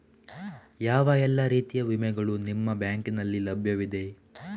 ಯಾವ ಎಲ್ಲ ರೀತಿಯ ವಿಮೆಗಳು ನಿಮ್ಮ ಬ್ಯಾಂಕಿನಲ್ಲಿ ಲಭ್ಯವಿದೆ?